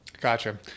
Gotcha